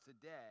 today